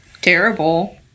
terrible